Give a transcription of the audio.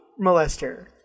molester